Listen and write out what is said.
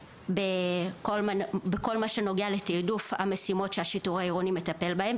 בכל מה שנוגע לתעדוף המשימות שהשיטור העירוני מטפל בהן,